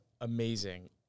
Amazing